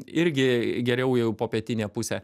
irgi geriau jau popietinė pusė